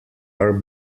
are